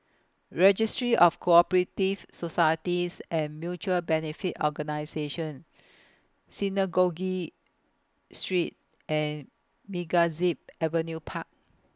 Registry of Co Operative Societies and Mutual Benefit Organisations Synagogue Street and MegaZip Avenue Park